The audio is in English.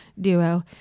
duo